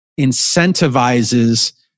incentivizes